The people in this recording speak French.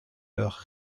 leur